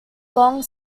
long